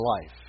life